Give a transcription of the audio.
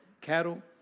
cattle